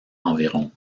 environ